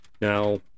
Now